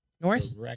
North